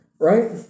right